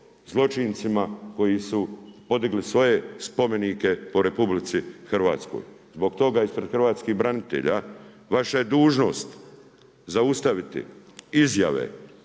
zločincima koji su podigli svoje spomenike po RH. Zbog toga ispred hrvatskih branitelja vaša je dužnost zaustaviti izjave